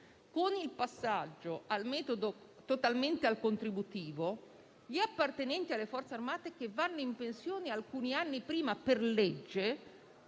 completo passaggio al metodo contributivo gli appartenenti alle Forze armate che vanno in pensione alcuni anni prima per legge